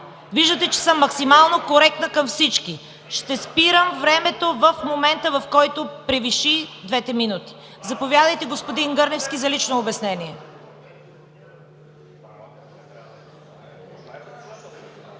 Виждате, че съм максимално коректна към всички. Ще спирам времето в момента, в който превиши двете минути. Заповядайте, господин Гърневски, за лично обяснение